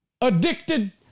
Addicted